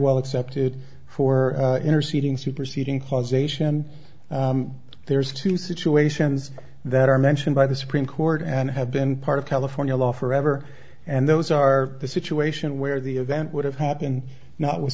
well accepted for interceding superseding causation there's two situations that are mentioned by the supreme court and have been part of california law forever and those are the situation where the event would have happened